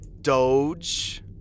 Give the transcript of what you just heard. Doge